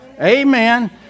Amen